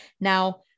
Now